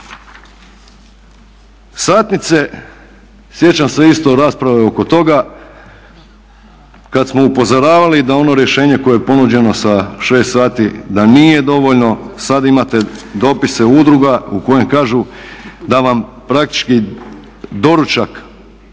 Satnice, sjećam se isto rasprave oko toga, kada smo upozoravali da ono rješenje koje je ponuđeno sa 6 sati da nije dovoljno. Sada imate dopise udruga u kojem kažu da vam praktički doručak